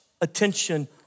attention